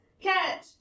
Catch